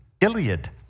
Iliad